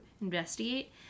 investigate